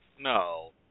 No